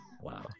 wow